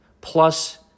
plus